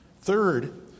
Third